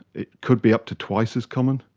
it could be up to twice as common,